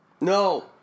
No